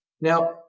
Now